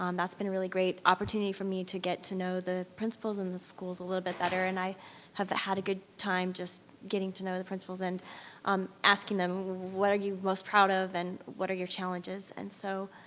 um that's been a really great opportunity for me to get to know the principals and the schools a little bit better, and i have had a good time just getting to know the principals and um asking them, what are you most proud of and what are your challenges, and so,